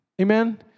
Amen